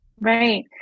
Right